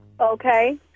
Okay